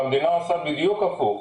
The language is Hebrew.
והמדינה עושה בדיוק הפוך.